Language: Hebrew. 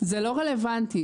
לא רלוונטי.